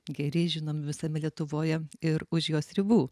geri žinomi visame lietuvoje ir už jos ribų